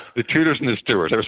the tudors and the stuarts.